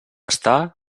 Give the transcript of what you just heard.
estar